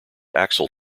axle